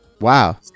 Wow